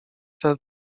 cel